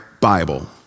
Bible